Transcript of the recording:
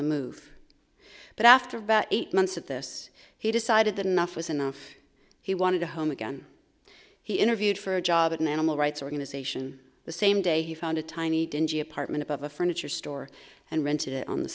the move but after about eight months of this he decided that enough was enough he wanted a home again he interviewed for a job at an animal rights organization the same day he found a tiny dingy apartment above a furniture store and rented it on the